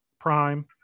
Prime